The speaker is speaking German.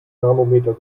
nanometer